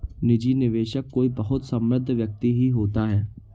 निजी निवेशक कोई बहुत समृद्ध व्यक्ति ही होता है